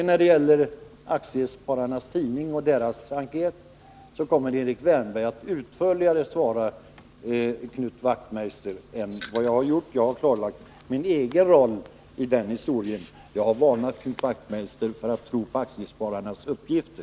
När det gäller aktiespararnas tidning och deras enkät kommer sedan Erik Wärnberg att svara Knut Wachtmeister utförligare än vad jag har gjort. Jag har talat om min egen roll i den historien, och jag har varnat Knut Wachtmeister för att tro på aktiespararnas uppgifter.